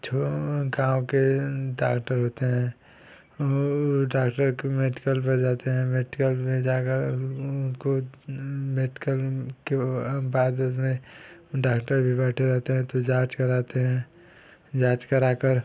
जो गाँव के डाक्टर होते हैं वो डाक्टर के मेडिकल पर जाते हैं मेडिकल में जाकर उनको मेडिकल के बाद उसमें डाक्टर भी बैठे रहते हैं तो जाँच कराते हैं जाँच कराकर